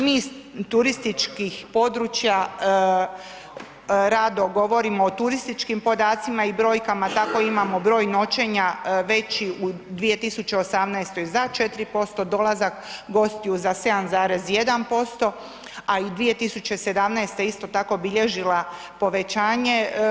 Mi iz turističkih područja rado govorimo o turističkim podacima i brojkama, tako imamo broj noćenja veći u 2018. za 4%, dolazak gostiju za 7,1%, a i 2017. je isto tako bilježila povećanje.